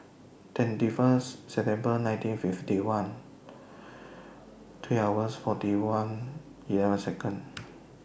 twenty First September nineteen fifty one three hours forty one eleven Seconds